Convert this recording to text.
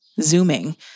Zooming